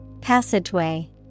passageway